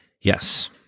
yes